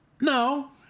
no